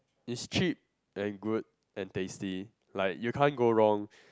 is cheap and good and tasty like you can't go wrong